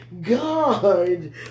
God